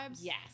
Yes